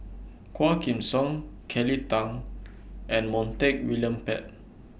Quah Kim Song Kelly Tang and Montague William Pett